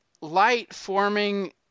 light-forming